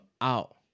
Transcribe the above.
out